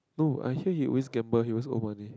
no I hear he always gamble he always owe money